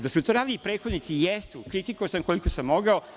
Da su to radili i prethodnici, jesu, kritikovao sam koliko sam mogao.